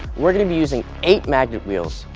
we're going to be using eight magnet wheels.